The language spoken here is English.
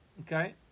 Okay